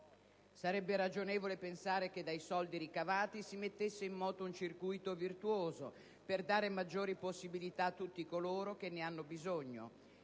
Sarebbe ragionevole pensare che dai soldi ricavati si mettesse in moto un circuito virtuoso per dare maggiori possibilità a tutti coloro che ne hanno bisogno: